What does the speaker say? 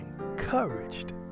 encouraged